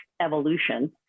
evolution